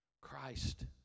Christ